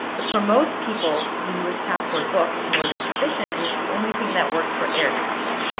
but for most people, the us passport book is more than sufficient, and it's the only thing that works for air travel.